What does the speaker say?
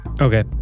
Okay